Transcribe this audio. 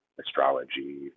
astrology